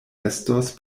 estos